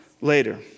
later